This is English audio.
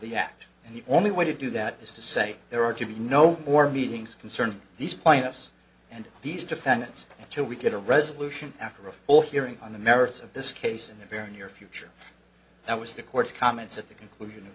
the act and the only way to do that is to say there are to be no more meetings concerning these plaintiffs and these defendants until we get a resolution after a full hearing on the merits of this case in the very near future that was the court's comments at the conclusion of